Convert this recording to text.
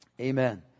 Amen